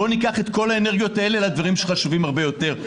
בואו ניקח את כל האנרגיות האלה לדברים שחשובים הרבה יותר.